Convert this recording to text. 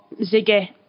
Ziggy